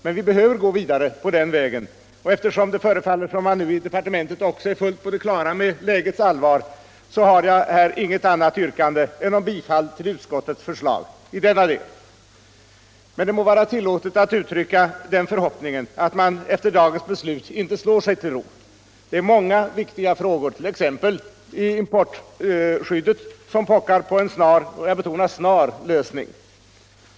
Men vi behöver gå vidare på den vägen, och eftersom det förefaller som om man nu i departementet också är fullt på det klara med lägets allvar har jag här inget annat yrkande än om bifall till utskottets förslag i denna del. Men det må vara tillåtet att uttrycka den förhoppningen att man efter dagens beslut inte slår sig till ro. Det är många viktiga frågor, t.ex. importskyddet, som pockar på en snar — och jag betonar snar — lösning.